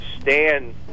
stand